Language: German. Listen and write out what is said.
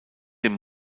dem